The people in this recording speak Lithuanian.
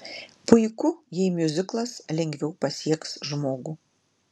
puiku jei miuziklas lengviau pasieks žmogų